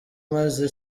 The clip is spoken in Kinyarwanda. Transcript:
maze